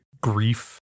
grief